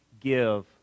give